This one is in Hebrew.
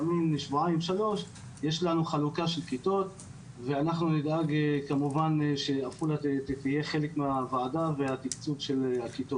יש לנו חלוקת כיתות ואנחנו נדאג שעפולה תהיה חלק מהוועדה וחלוקת הכיתות.